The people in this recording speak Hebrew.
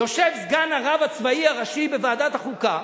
יושב סגן הרב הצבאי הראשי בוועדת החוקה,